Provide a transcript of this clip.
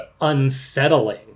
unsettling